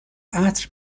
عطر